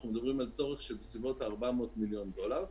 אנחנו מדברים על צורך בסביבות ה-400 מיליון דולר.